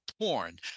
porn